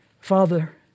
Father